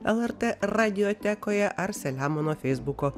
lrt radiotekoje ar selemono feisbuko